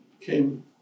came